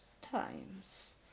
times